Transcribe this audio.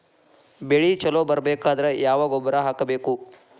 ಬೆಳಿ ಛಲೋ ಬರಬೇಕಾದರ ಯಾವ ಗೊಬ್ಬರ ಹಾಕಬೇಕು?